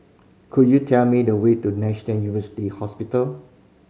could you tell me the way to National University Hospital